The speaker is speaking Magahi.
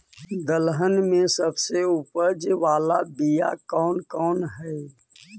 दलहन में सबसे उपज बाला बियाह कौन कौन हइ?